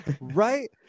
Right